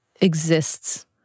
exists